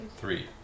three